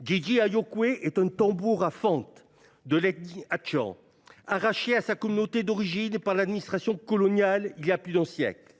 Didier Ayokoué est un tambour à fente de l'ethnie hachante, arraché à sa communauté d'origine par l'administration coloniale il y a plus d'un siècle.